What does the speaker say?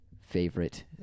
favorite